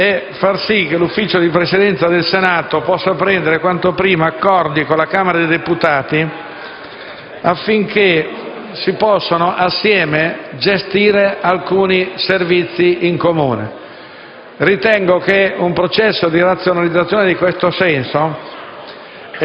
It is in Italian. di far sì che il Consiglio di Presidenza del Senato possa prendere quanto prima accordi con la Camera dei deputati affinché si possano assieme gestire alcuni servizi in comune. Ritengo che un processo di razionalizzazione in questo senso